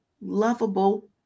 lovable